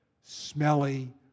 smelly